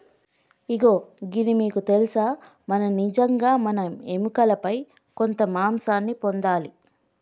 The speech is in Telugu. ఇగో గిది మీకు తెలుసా మనం నిజంగా మన ఎముకలపై కొంత మాంసాన్ని పొందాలి